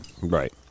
right